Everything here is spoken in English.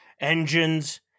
engines